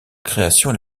création